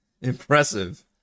Impressive